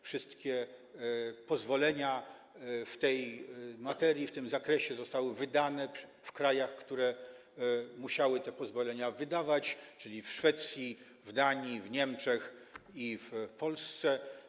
Wszystkie pozwolenia w tej materii, w tym zakresie zostały wydane w krajach, które musiały te pozwolenia wydawać, czyli w Szwecji, Danii, Niemczech i Polsce.